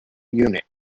unit